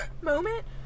moment